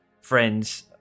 friends